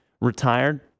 retired